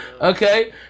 Okay